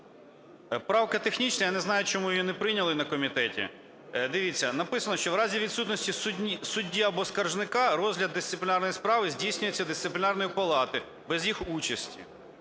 Правка технічна. Я не знаю, чому її не прийняли на комітеті. Дивіться, написано, що в разі відсутності судді або скаржника розгляд дисциплінарної справи здійснюється Дисциплінарною палатою без їх участі,